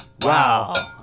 Wow